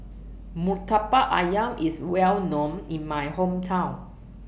Murtabak Ayam IS Well known in My Hometown